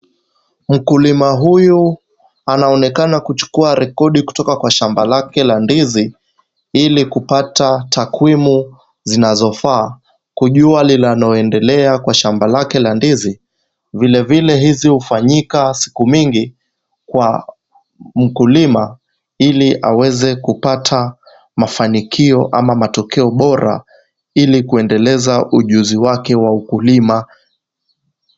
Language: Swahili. Mkulima huyu anaonekana kujukuwa rekodi kutoka kwa shamba lake la ndizi hili kupata takwimu zinazofaa kujua linaloendelea kwa shamba lake la ndizi. Vile vile hizi ufanyika siku mingi kwa mkulima ili aweze kupata mafanikio ama matokeo bora ilikuendeleza ujuzi wake wa ukulima.